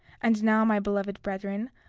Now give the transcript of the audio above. and now my beloved brethren,